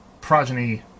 progeny